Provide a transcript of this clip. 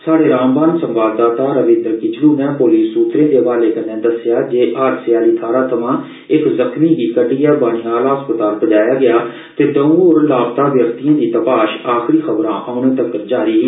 स्हाड़े रामबन संवाददाता रविंदर किचलू नै पोलिस सूर्वे दे हवाले कन्नै दस्सेया ऐ जे हादसे आली थाहरा थमां इक जख्मी गी कड्डीयै बनिहाल अस्पताल पजाया गेया ते दौं होर लापता व्यक्तियें दी तपाश आखरी खबरां औने तक्कर जारी ही